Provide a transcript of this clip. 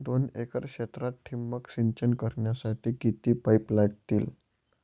दोन एकर क्षेत्रात ठिबक सिंचन करण्यासाठी किती पाईप लागतील?